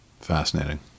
Fascinating